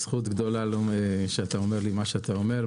זכות גדולה שאת אומר לי מה שאתה אומר,